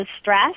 stress